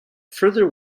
further